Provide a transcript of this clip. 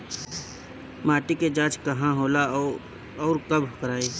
माटी क जांच कहाँ होला अउर कब कराई?